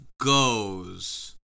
goes